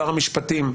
שר המשפטים,